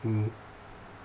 mmhmm